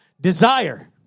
desire